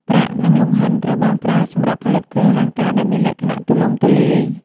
ប្រាក់នឹងលង្ហិនត្រូវបានប្រើសម្រាប់ផលិតគ្រឿងអលង្ការដែលមានលក្ខណៈទូលំទូលាយ។